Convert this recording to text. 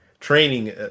training